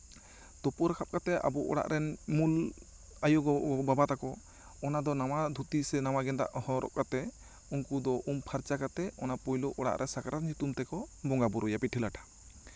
ᱛᱩᱯᱩ ᱨᱟᱠᱟᱵᱽ ᱠᱟᱛᱮᱜ ᱟᱵᱚ ᱚᱲᱟᱜ ᱨᱮᱱ ᱢᱩᱞ ᱟᱭᱩ ᱜᱚ ᱵᱟᱵᱟ ᱛᱟᱠᱚ ᱚᱱᱟ ᱫᱚ ᱱᱟᱣᱟ ᱫᱷᱩᱛᱤ ᱥᱮ ᱱᱟᱣᱟ ᱜᱮᱫᱟᱜ ᱦᱚᱨᱚᱜ ᱠᱟᱛᱮᱜ ᱩᱱᱠᱩ ᱫᱚ ᱩᱢ ᱯᱷᱟᱨᱪᱟ ᱠᱟᱛᱮᱜ ᱚᱱᱟ ᱯᱳᱭᱞᱳ ᱚᱲᱟᱜ ᱨᱮ ᱥᱟᱠᱨᱟᱛ ᱧᱩᱛᱩᱢ ᱛᱮᱠᱚ ᱵᱚᱸᱜᱟ ᱵᱩᱨᱩᱭᱟ ᱯᱤᱴᱷᱟᱹ ᱞᱟᱴᱷᱟᱭᱟ